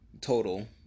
total